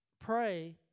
pray